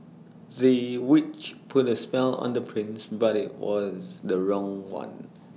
the witch put A spell on the prince but IT was the wrong one